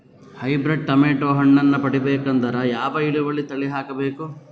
Hybrid tomato ಹಣ್ಣನ್ನ ಪಡಿಬೇಕಂದರ ಯಾವ ಇಳುವರಿ ತಳಿ ಹಾಕಬೇಕು?